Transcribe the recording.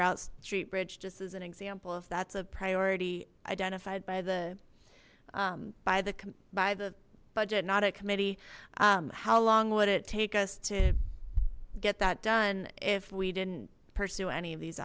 route street bridge just as an example if that's a priority identified by the by the by the budget not a committee how long would it take us to get that done if we didn't pursue any of these